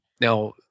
Now